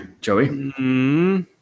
Joey